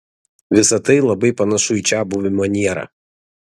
visa tai labai panašu į čiabuvių manierą